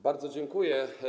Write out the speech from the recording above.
Bardzo dziękuję.